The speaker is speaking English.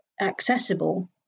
accessible